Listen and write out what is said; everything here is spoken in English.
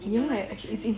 in your life